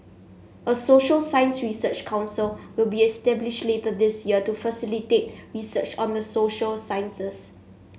a social science research council will be established later this year to facilitate research on the social sciences